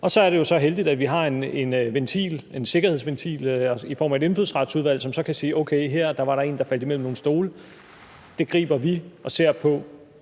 Og så er det jo så heldigt, at vi har en sikkerhedsventil i form af et Indfødsretsudvalg, som så kan sige, at okay, her var der en, der faldt imellem nogle stole. Det griber vi, og vi ser på